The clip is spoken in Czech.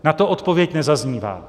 Na to odpověď nezaznívá.